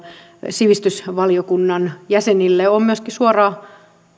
sivistysvaliokunnan jäsenille myöskin suoraan